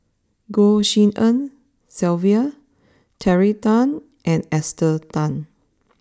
Goh Tshin En Sylvia Terry Tan and Esther Tan